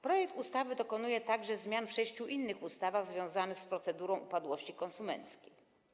Projekt ustawy dokonuje także zmian w sześciu innych ustawach związanych z procedurą upadłości konsumenckiej.